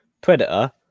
Predator